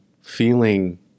feeling